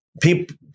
people